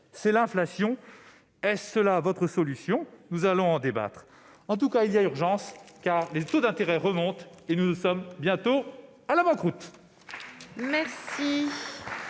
: l'inflation. Est-ce votre solution ? Nous allons en débattre. En tout cas, il y a urgence, car les taux d'intérêt remontent et nous sommes proches de la banqueroute.